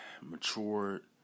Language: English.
matured